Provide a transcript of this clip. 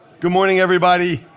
good morning, everybody.